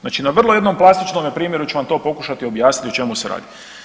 Znači na vrlo jednom plastičnome primjeru ću vam to pokušati objasniti o čemu se radi.